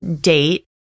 date